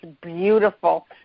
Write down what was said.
beautiful